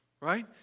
right